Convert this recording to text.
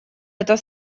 это